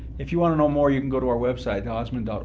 if you want to know more you can go to our website osmondfamily